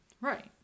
right